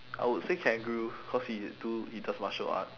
I would say kangaroo cause he do he does martial art